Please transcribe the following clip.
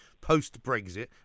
post-Brexit